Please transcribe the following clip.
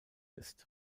ist